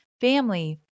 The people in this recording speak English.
family